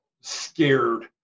scared